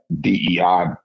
DEI